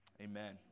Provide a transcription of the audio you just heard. Amen